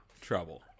trouble